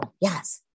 yes